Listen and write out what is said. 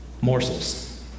morsels